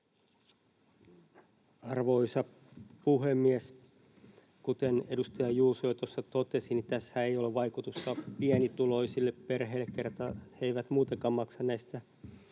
Arvoisa puhemies! Kuten edustaja Juuso jo tuossa totesi, niin tässähän ei ole vaikutusta pienituloisille perheille, kerta ne eivät muutenkaan maksa näistä